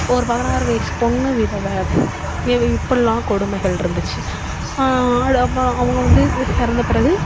ஒரு பதினாறு வயது பொண்ணு விதவை ஏ வி இப்படில்லாம் கொடுமைகளிருந்துச்சி அடு அப்புறம் அவங்க வந்து இது இறந்த பிறகு